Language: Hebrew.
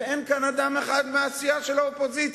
ואין כאן אדם אחד מהסיעה של האופוזיציה?